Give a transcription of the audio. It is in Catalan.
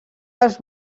els